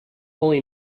holy